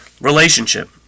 relationship